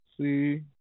see